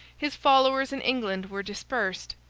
his followers in england were dispersed,